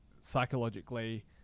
psychologically